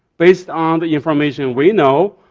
based on the information we know,